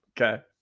Okay